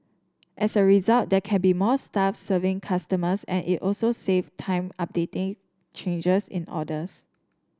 as a result there can be more staff serving customers and it also save time updating changes in orders